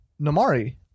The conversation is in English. Namari